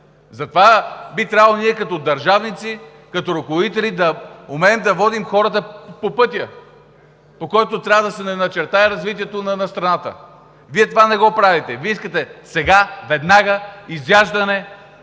Затова би трябвало ние като държавници, като ръководители да умеем да водим хората по пътя, който трябва да начертае развитието на страната. Вие това не го правите. Вие искате сега, веднага изяждане,